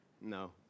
No